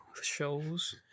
shows